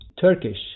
Turkish